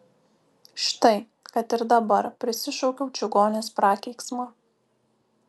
štai kad ir dabar prisišaukiu čigonės prakeiksmą